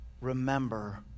remember